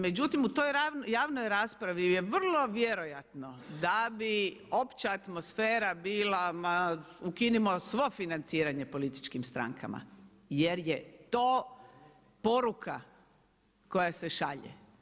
Međutim u toj javnoj raspravi je vrlo vjerojatno da bi opća atmosfera bila ma ukinimo svo financiranje političkim strankama jer je to poruka koja se šalje.